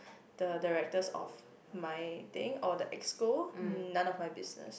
the directors of my thing or the Exco none of my business